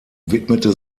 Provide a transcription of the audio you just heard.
widmete